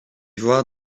voir